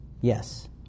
Yes